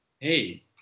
Hey